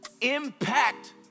impact